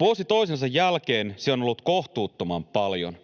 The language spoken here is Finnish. vuosi toisensa jälkeen se on ollut kohtuuttoman paljon.